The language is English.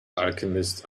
alchemist